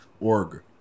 org